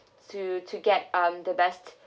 to to get um the best